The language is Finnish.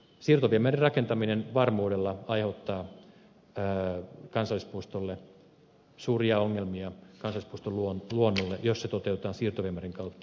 siirtoviemärin rakentaminen aiheuttaa varmuudella kansallispuistolle suuria ongelmia kansallispuiston luonnolle jos se toteutetaan siirtoviemärin kautta